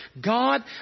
God